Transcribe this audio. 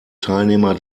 teilnehmer